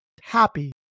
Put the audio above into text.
happy